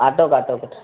ಆಟೋಗೆ ಆಟೋಗೆ